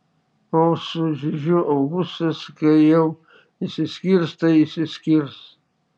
o su žižiu augustas kai jau išsiskirs tai išsiskirs